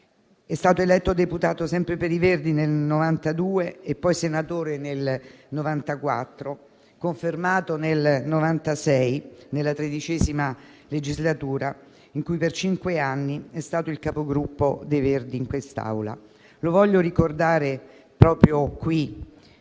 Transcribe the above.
È stato eletto deputato sempre per i Verdi nel 1992, e poi senatore nel 1994, confermato nel 1996, nella XIII legislatura, in cui per cinque anni è stato Capogruppo dei Verdi in quest'Aula. Lo voglio ricordare proprio qui,